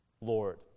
Lord